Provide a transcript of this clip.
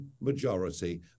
majority